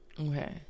Okay